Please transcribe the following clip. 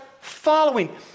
following